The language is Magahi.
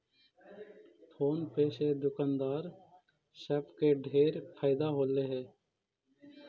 फोन पे से दुकानदार सब के ढेर फएदा होलई हे